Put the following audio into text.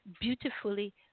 beautifully